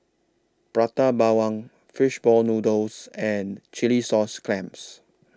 Prata Bawang Fish Ball Noodles and Chilli Sauce Clams